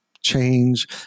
change